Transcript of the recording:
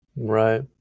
Right